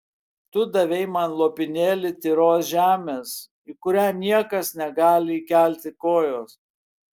tu davei man lopinėlį tyros žemės į kurią niekas negali įkelti kojos